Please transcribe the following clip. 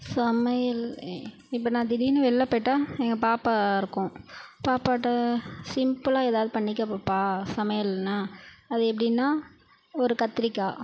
சமையல் இப்போ நான் திடீர்னு வெளில போய்விட்டா எங்கள் பாப்பா இருக்கும் பாப்பாட்ட சிம்பிளாக ஏதாவது பண்ணிக்க பாப்பா சமையல்னா அது எப்படின்னா ஒரு கத்திரிக்காய்